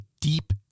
deep